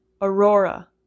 Aurora